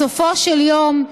בסופו של יום,